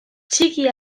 txiki